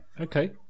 Okay